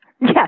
Yes